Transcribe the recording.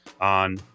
on